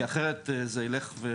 כי אחרת זה ילך.